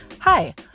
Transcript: Hi